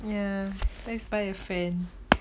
ya just buy a fan